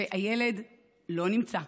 והילד לא נמצא.